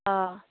ꯑꯥ